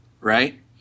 right